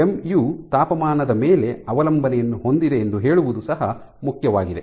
mu ತಾಪಮಾನದ ಮೇಲೆ ಅವಲಂಬನೆಯನ್ನು ಹೊಂದಿದೆ ಎಂದು ಹೇಳುವುದು ಸಹ ಮುಖ್ಯವಾಗಿದೆ